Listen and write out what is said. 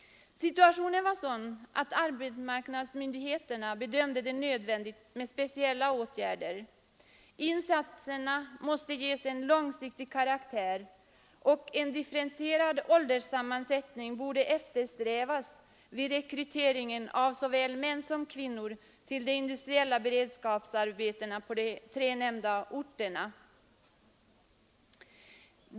Situationen var sådan att arbetsmarknadsmyndigheterna bedömde det vara nödvändigt med speciella åtgärder. Insatserna måste ges en långsiktig karaktär, och en differentierad ålderssammansättning borde eftersträvas vid rekryteringen av såväl män som kvinnor till de industriella beredskapsarbetena på de tre nämnda orterna.